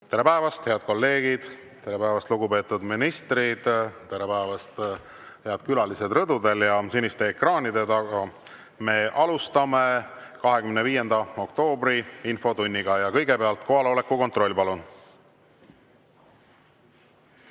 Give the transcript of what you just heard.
Tere päevast, head kolleegid! Tere päevast, lugupeetud ministrid! Tere päevast, head külalised rõdudel ja siniste ekraanide taga! Me alustame 25. oktoobri infotundi. Kõigepealt kohaloleku kontroll, palun!